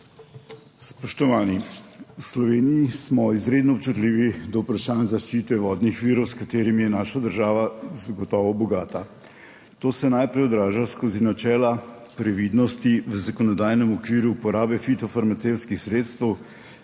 Spoštovani! V Sloveniji smo izredno občutljivi do vprašanj zaščite vodnih virov, s katerimi je naša država zagotovo bogata. To se najprej odraža skozi načela previdnosti v zakonodajnem okviru uporabe fitofarmacevtskih sredstev,